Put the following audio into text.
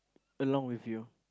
along with you